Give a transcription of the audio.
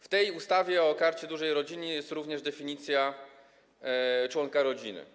W tej ustawie o Karcie Dużej Rodziny jest również definicja członka rodziny.